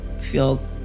feel